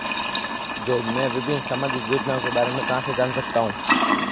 मैं विभिन्न सामाजिक योजनाओं के बारे में कहां से जान सकता हूं?